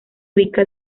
ubica